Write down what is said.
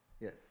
Yes